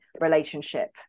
relationship